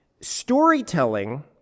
storytelling